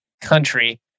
country